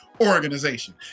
organization